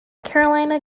carolina